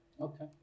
Okay